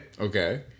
Okay